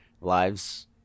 lives